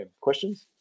questions